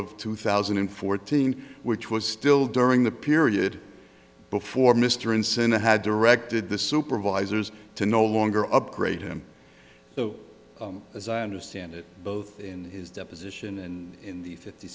of two thousand and fourteen which was still during the period before mr incentive had directed the supervisors to no longer upgrade him so as i understand it both in his deposition and in the fifty